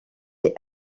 est